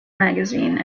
magazine